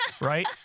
Right